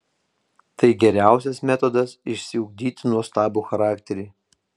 tai geriausias metodas išsiugdyti nuostabų charakterį